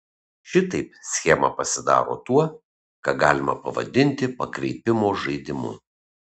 šitaip schema pasidaro tuo ką galima pavadinti pakreipimo žaidimu